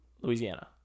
louisiana